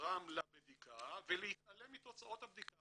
שגרם לבדיקה ולהתעלם מתוצאות הבדיקה.